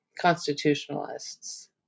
constitutionalists